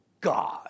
God